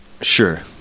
Sure